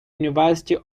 university